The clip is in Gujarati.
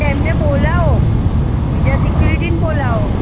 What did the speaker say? એમને બોલાવો બીજા સિક્યુરિટીને બોલાવો